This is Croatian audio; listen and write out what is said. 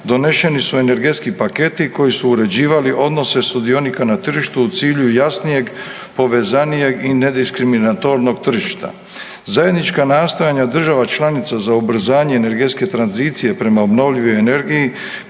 doneseni su energetski paketi koji su uređivali odnose sudionika na tržištu u cilju jasnijeg, povezanijeg i nediskriminatornog tržišta. Zajednička nastojanja država članica za ubrzanje energetske tranzicije prema obnovljivoj energiji